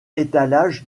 étalage